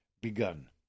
begun